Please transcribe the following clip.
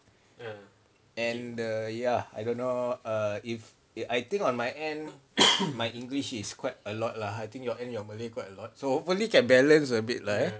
and the ya I don't know if it I think on my end my english is quite a lot lah I think your end your malay quite a lot so hopefully can balance a bit lah ya